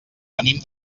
venim